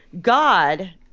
God